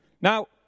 Now